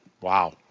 wow